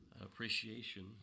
appreciation